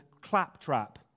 claptrap